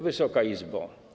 Wysoka Izbo!